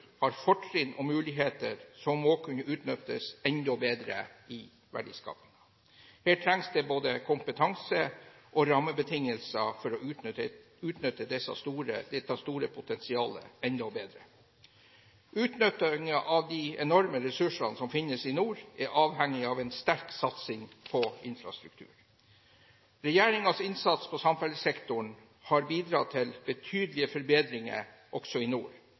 har fortrinn og muligheter som må kunne utnyttes enda bedre i verdiskapingen. Det trengs både kompetanse og rammebetingelser for å utnytte dette store potensialet enda bedre. Hvis vi skal utnytte de enorme ressursene som finnes i nord, er vi avhengig av en sterk satsing på infrastruktur. Regjeringens innsats på samferdselssektoren har bidratt til betydelige forbedringer også i nord,